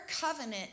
covenant